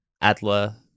Adler